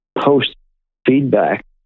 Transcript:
post-feedback